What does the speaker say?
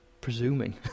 presuming